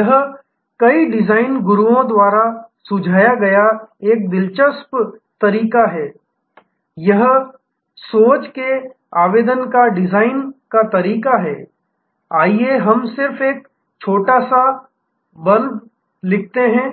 यह कई डिज़ाइन गुरुओं द्वारा सुझाया गया एक दिलचस्प तरीका है यह सोच के आवेदन का डिज़ाइन तरीका है आइए हम सिर्फ एक छोटा सा ब्लर्ब लिखते हैं